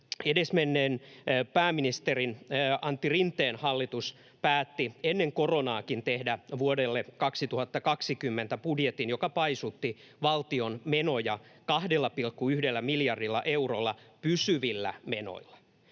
edesmennyt pääministeri Antti Rinteen hallitus päätti ennen koronaakin tehdä vuodelle 2020 budjetin, joka paisutti valtion menoja 2,1 miljardilla eurolla pysyvillä menoilla.